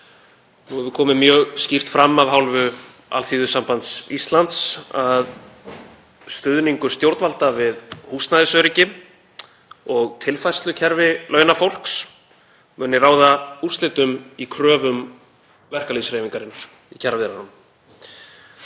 Nú hefur komið mjög skýrt fram, af hálfu Alþýðusambands Íslands, að stuðningur stjórnvalda við húsnæðisöryggi og tilfærslukerfi launafólks muni ráða úrslitum í kröfum verkalýðshreyfingarinnar í kjaraviðræðunum.